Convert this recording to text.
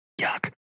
yuck